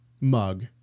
mug